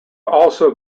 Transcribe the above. also